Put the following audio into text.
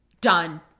done